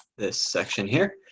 this section here,